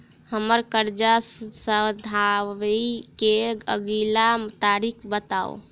हम्मर कर्जा सधाबई केँ अगिला तारीख बताऊ?